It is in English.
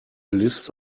list